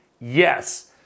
yes